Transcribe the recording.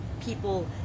people